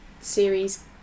series